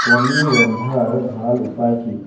কণী ৰন্ধাৰ ভাল উপায় কি